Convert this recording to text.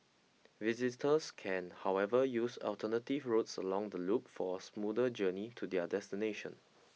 visitors can however use alternative routes along the loop for a smoother journey to their destination